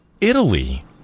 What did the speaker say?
Italy